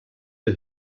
der